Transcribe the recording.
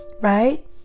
right